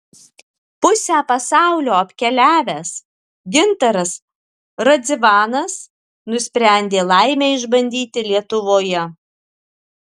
pusę pasaulio apkeliavęs gintaras radzivanas nusprendė laimę išbandyti lietuvoje